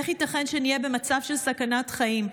איך ייתכן שנהיה במצב של סכנת חיים,